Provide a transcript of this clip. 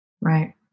Right